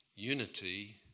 Unity